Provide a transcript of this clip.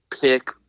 pick